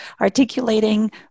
articulating